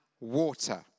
water